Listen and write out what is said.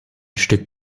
stück